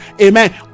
amen